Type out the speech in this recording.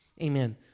Amen